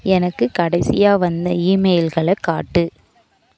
எனக்கு கடைசியாக வந்த இமெயில்களை காட்டு